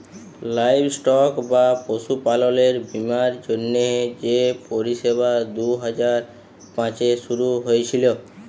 livestock বা পশুপাললের বীমার জ্যনহে যে পরিষেবা দু হাজার পাঁচে শুরু হঁইয়েছিল